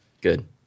Good